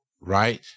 right